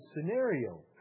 scenario